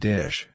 Dish